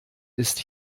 ist